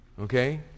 Okay